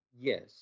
Yes